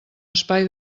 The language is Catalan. espai